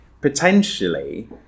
potentially